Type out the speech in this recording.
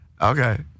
Okay